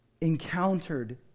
encountered